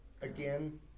again